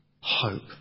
hope